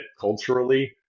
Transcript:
culturally